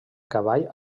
cavall